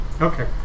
Okay